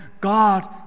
God